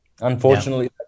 unfortunately